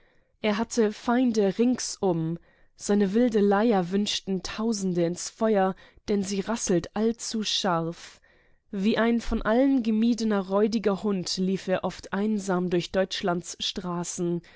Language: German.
er hatte feinde ringsum seine wilde leier wünschten tausende ins feuer denn sie rasselt allzuscharf wie ein von allen gemiedener räudiger hund lief er durch deutschlands straßen